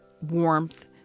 warmth